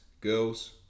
girls